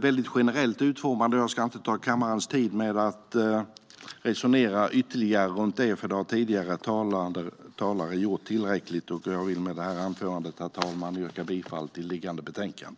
väldigt generellt utformad. Jag ska inte ta kammarens tid till att resonera ytterligare runt det, för det har tidigare talare gjort tillräckligt. Jag vill med det här anförandet, herr talman, yrka bifall till förslaget i föreliggande betänkande.